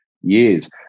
years